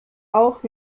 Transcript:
auch